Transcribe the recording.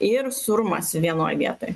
ir sūrumas vienoj vietoj